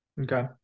Okay